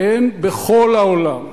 אין בכל העולם,